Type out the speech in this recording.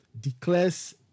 declares